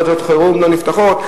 דלתות החירום לא נפתחות.